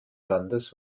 landes